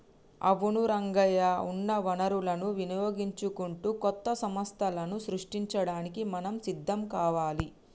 అవును రంగయ్య ఉన్న వనరులను వినియోగించుకుంటూ కొత్త సంస్థలను సృష్టించడానికి మనం సిద్ధం కావాలి